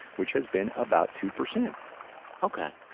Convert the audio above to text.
which has been about two percent ok.